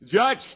Judge